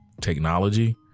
technology